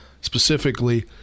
specifically